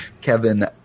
Kevin